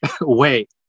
Wait